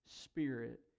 Spirit